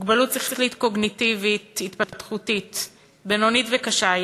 מוגבלות שכלית קוגניטיבית-התפתחותית בינונית וקשה,